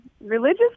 religious